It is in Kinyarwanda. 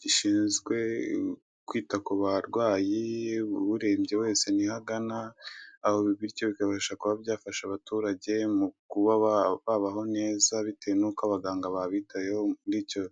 Gishinzwe kwita ku barwayi urembye wese niho agana, aho bityo bikabasha kuba byafasha abaturage mu kuba babaho neza, bitewe nuko abaganga babitayeho muri icyo